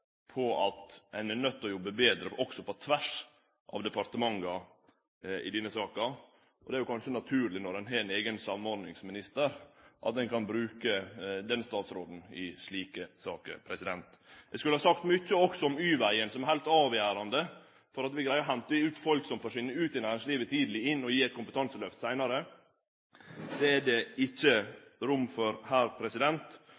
på at ein er nøydd til å jobbe betre også på tvers av departementa i denne saka. Det er kanskje naturleg når ein har ein eigen samordningsminister, at ein kan bruke den statsråden i slike saker. Eg skulle ha sagt mykje også om y-vegen, som er heilt avgjerande for at vi greier å hente inn folk som forsvinn ut i næringslivet tidleg, og gje dei eit kompetanselyft seinare. Det er det